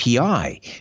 API